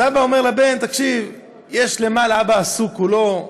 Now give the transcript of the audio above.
אז האבא אומר לבן, האבא עסוק כולו,